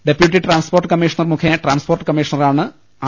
deputy transport commissioner മുഖേന transport കമ്മീഷണറാണ് R